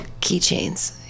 keychains